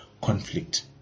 conflict